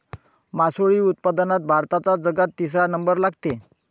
मासोळी उत्पादनात भारताचा जगात तिसरा नंबर लागते